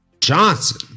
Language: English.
Johnson